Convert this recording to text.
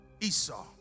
Esau